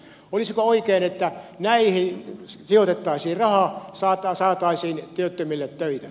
olisiko oikein että näihin sijoitettaisiin rahaa saataisiin työttömille töitä